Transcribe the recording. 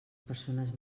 persones